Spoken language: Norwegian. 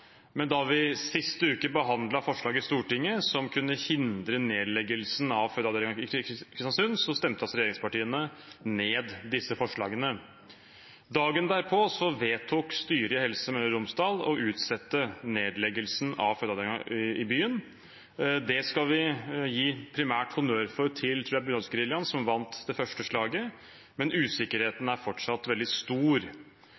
Men da vi sist uke behandlet forslag i Stortinget som kunne hindre nedleggelsen av fødeavdelingen i Kristiansund, stemte regjeringspartiene ned disse forslagene. Dagen derpå vedtok styret i Helse Møre og Romsdal å utsette nedleggelsen av fødeavdelingen i byen. Det tror jeg vi primært skal gi bunadsgeriljaen honnør for, som vant det første slaget, men